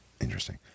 Interesting